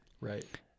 Right